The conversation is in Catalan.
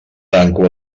tanco